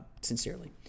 sincerely